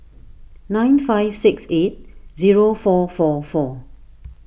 nine five six eight zero four four four